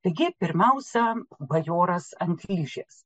taigi pirmiausia bajoras ant ližės